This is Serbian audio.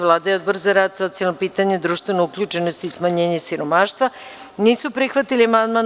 Vlada i Odbor za rad, socijalna pitanja, društvenu uključenost i smanjenje siromaštva nisu prihvatili amandman.